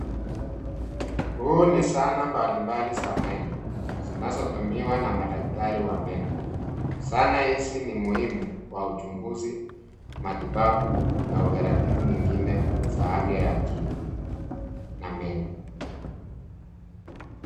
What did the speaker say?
Huu ni zana mbalimbali za meno, zinazotumiwa na madaktari wa meno. Zana hizi ni muhimu kwa uchunguzi, matibabu na utaratibu nyingine za afya ya kinywa na meno.